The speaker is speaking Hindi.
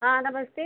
हाँ नमस्ते